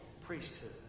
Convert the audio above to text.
priesthood